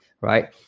right